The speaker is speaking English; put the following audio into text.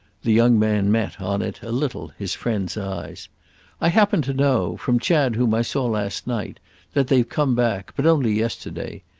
the young man met, on it, a little, his friend's eyes i happen to know from chad, whom i saw last night that they've come back but only yesterday.